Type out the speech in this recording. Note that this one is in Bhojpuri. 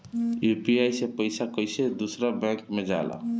यू.पी.आई से पैसा कैसे दूसरा बैंक मे जाला?